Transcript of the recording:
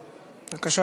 בבקשה,